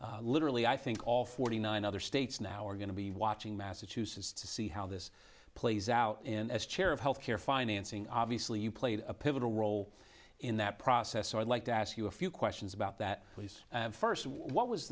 literally i think all forty nine other states now are going to be watching massachusetts to see how this plays out in as chair of health care financing obviously you played a pivotal role in that process so i'd like to ask you a few questions about that please first what